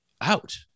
out